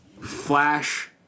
Flash